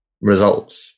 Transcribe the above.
results